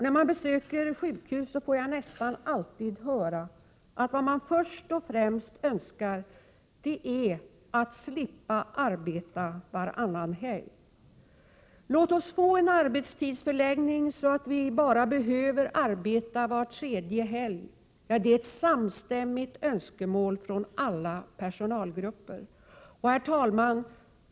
När jag besöker sjukhus, får jag nästan alltid höra att det man först och främst önskar är att slippa arbeta varannan helg. Låt oss få en arbetstidsförläggning så att vi behöver arbeta bara var tredje helg, är ett samstämmigt önskemål från alla personalgrupper.